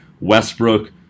Westbrook